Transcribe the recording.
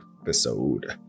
episode